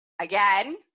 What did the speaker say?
again